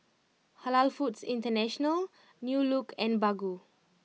Halal Foods International New Look and Baggu